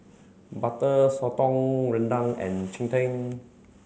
Butter Sotong Rendang and Cheng Tng